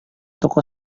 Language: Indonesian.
toko